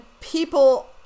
people